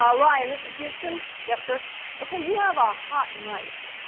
um ryan, this is houston yes, sir ok. you have a hot mike